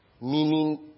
Meaning